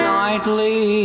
nightly